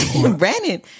Brandon